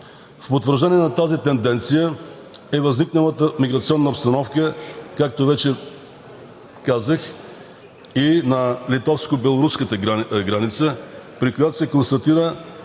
Потвърждение на тази тенденция е възникналата миграционна обстановка, както вече казах и на литовско-белоруската граница, при която се констатира,